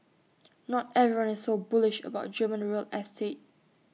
not everyone is so bullish about German real estate